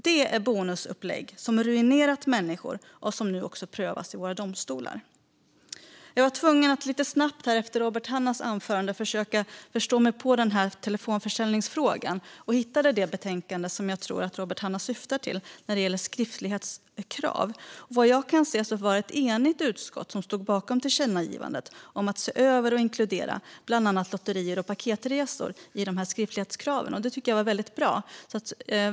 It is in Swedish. Det är bonusupplägg som ruinerat människor och som nu prövas i våra domstolar. Efter Robert Hannahs anförande var jag tvungen att lite snabbt försöka förstå mig på telefonförsäljningsfrågan. Jag hittade det betänkande som jag tror att Robert Hannah syftar på när det gäller skriftlighetskrav. Vad jag kan se var det ett enigt utskott som stod bakom tillkännagivandet om att se över och inkludera bland annat lotterier och paketresor i fråga om skriftlighetskraven. Det tycker jag var bra.